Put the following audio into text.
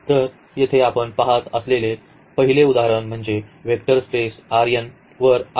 तर येथे आपण पहात असलेले पहिले उदाहरण म्हणजे वेक्टर स्पेस R n वर R